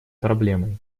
проблемой